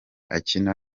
akina